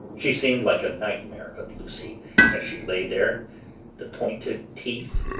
she seemed like a nightmare of lucy as she lay there the pointed teeth,